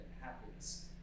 happiness